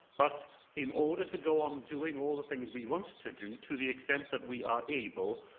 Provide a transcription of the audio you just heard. but in order to go on doing all the things we want to do, to the extent that we are able,